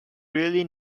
really